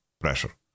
pressure